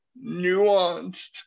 nuanced